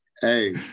Hey